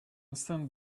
stand